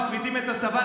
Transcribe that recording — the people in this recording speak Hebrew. מפריטים את הצבא.